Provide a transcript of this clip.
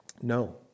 No